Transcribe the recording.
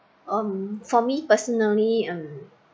um for me personally um